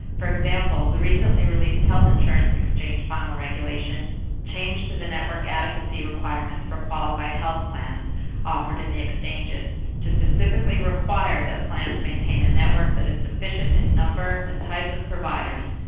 for example, the recently released health insurance exchange final regulation changed the network adequacy requirements for qualified health plans offered in exchanges to specifically require that plans maintain a network that is sufficient in number and types of providers,